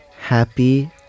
Happy